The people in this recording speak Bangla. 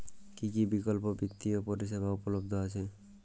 কী কী বিকল্প বিত্তীয় পরিষেবা উপলব্ধ আছে?